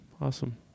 awesome